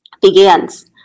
begins